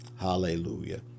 Hallelujah